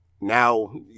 now